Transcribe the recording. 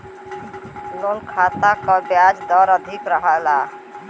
loan खाता क ब्याज दर अधिक रहला